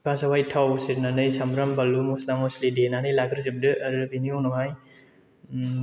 first आवहाय थाव सेरनानै सामब्राम बानलु मस्ला मस्लि देनानै लाग्रोजोबदो आरो बेनि उनावहाय